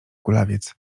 kulawiec